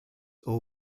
all